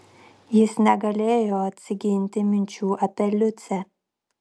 jis negalėjo atsiginti minčių apie liucę